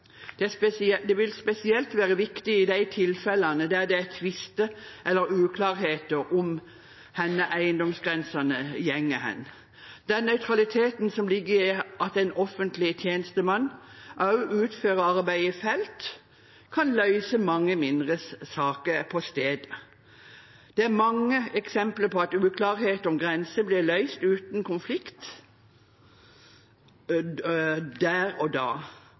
av det offentlige. Det vil spesielt være viktig i de tilfellene det er tvister eller uklarheter om hvor eiendomsgrensene går. Nøytraliteten som ligger i at en offentlig tjenestemann også utfører arbeid i felt, kan løse mange mindre saker på stedet. Det er mange eksempler på at uklarheter om grenser blir løst uten konflikt der og da,